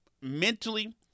mentally